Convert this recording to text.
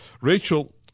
Rachel